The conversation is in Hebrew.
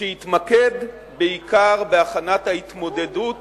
שהתמקד בעיקר בהכנת ההתמודדות